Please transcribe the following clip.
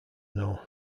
know